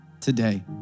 today